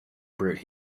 brute